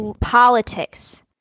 politics